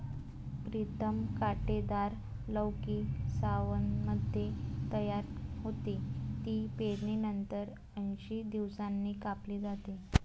प्रीतम कांटेदार लौकी सावनमध्ये तयार होते, ती पेरणीनंतर ऐंशी दिवसांनी कापली जाते